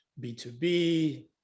B2B